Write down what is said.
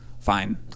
fine